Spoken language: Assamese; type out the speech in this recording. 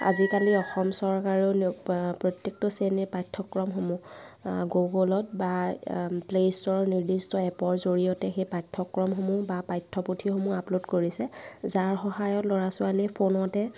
আজিকালি অসম চৰকাৰে প্ৰত্যেকটো শ্ৰেণীৰ পাঠ্যক্ৰমসমূহ গুগল'ত বা প্লে ষ্টৰৰ নিৰ্দিষ্ট এপৰ জৰিয়তে সেই পাঠ্যক্ৰমসমূহ বা পাঠ্যপুথিসমূহ আপলোড কৰিছে যাৰ সহায়ত ল'ৰা ছোৱালীয়ে ফোনতে